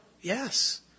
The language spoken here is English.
Yes